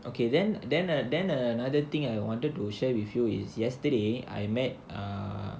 okay then then uh then uh another thing I wanted to share with you is yesterday I met err